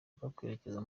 kwerekeza